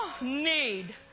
need